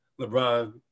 LeBron